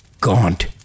gaunt